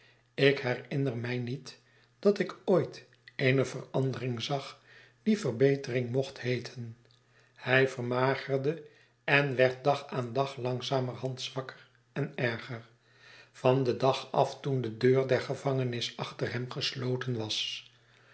ik herinner mij niet dat ik ooit eene verandering zag die verbetering mocht heeten hij vermagerde en werd dag aan dag langzamerhand zwakker en erger van den dag af toende deur der gevangenis achter hem gesloten was